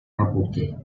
reporter